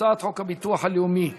הצעת חוק הביטוח הלאומי (תיקון,